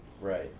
right